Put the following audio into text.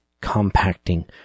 compacting